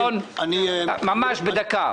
ממש בדקה.